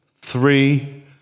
three